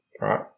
right